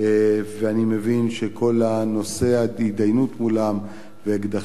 ואני מבין שכל נושא ההתדיינות מולם ואקדחים,